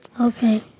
Okay